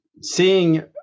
seeing